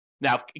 Now